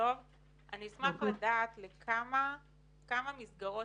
כמה מסגרות